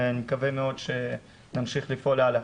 אני מקווה מאוד שנמשיך לפעול הלאה.